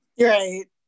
Right